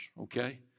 okay